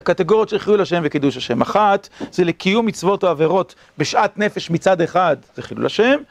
הקטגוריות של חילול ה' וקידוש ה': אחת, זה לקיום מצוות או עבירות בשאט נפש, מצד אחד זה חילול ה'